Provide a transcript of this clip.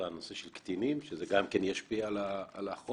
הנושא של קטינים שזה ישפיע על החוק.